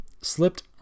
slipped